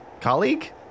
Colleague